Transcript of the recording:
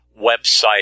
website